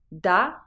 da